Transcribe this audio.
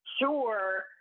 sure